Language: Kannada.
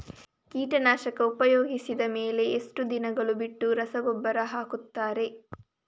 ಕೀಟನಾಶಕ ಉಪಯೋಗಿಸಿದ ಮೇಲೆ ಎಷ್ಟು ದಿನಗಳು ಬಿಟ್ಟು ರಸಗೊಬ್ಬರ ಹಾಕುತ್ತಾರೆ?